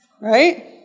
Right